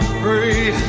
free